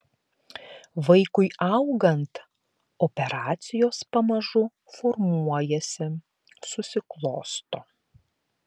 vaikui augant operacijos pamažu formuojasi susiklosto